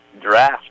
draft